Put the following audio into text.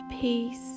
peace